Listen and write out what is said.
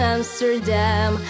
Amsterdam